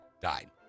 died